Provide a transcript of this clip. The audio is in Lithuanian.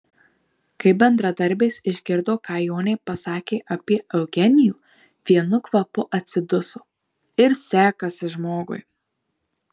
kai bendradarbės išgirdo ką jonė pasakė apie eugenijų vienu kvapu atsiduso ir sekasi žmogui